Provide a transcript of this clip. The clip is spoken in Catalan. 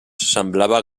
semblava